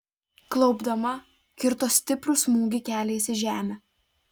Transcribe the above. klaupdama kirto stiprų smūgį keliais į žemę